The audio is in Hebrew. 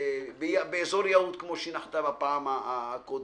נוחתת באזור יהוד, כמו שנחתה בפעם הקודמת,